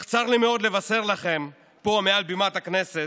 אך צר לי מאוד לבשר לכם פה, מעל בימת הכנסת,